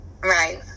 Right